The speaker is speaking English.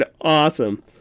awesome